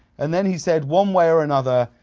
and then he said, one way or another,